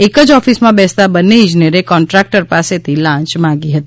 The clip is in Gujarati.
એક જ ઑફિસમાં બેસતાં બંને ઈજનેરે કોન્ટ્રાક્ટર પાસે લાંચ માંગી હતી